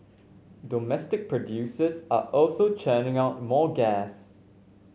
domestic producers are also churning out more gas